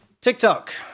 TikTok